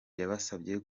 yabasabye